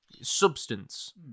substance